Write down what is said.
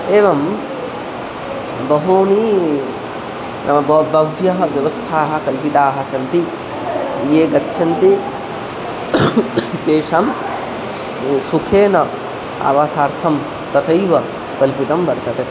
एवं बहूनि ब बह्व्यः व्यवस्थाः कल्पिताः सन्ति ये गच्छन्ति तेषां सुखेन आवासार्थं तथैव कल्पितं वर्तते